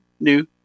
new